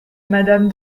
madame